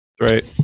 Right